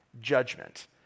judgment